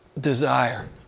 desire